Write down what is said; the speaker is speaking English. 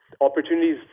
opportunities